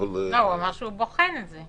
לא, הוא אמר שהוא בוחן את זה.